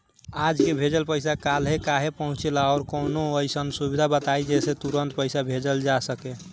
आज के भेजल पैसा कालहे काहे पहुचेला और कौनों अइसन सुविधा बताई जेसे तुरंते पैसा भेजल जा सके?